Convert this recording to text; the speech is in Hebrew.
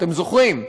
אתם זוכרים,